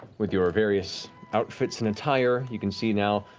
with your various outfits and attire, you can see now,